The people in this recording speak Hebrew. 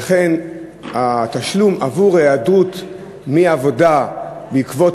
וכן התשלום עבור היעדרות מהעבודה בעקבות